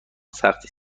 سختی